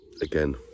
again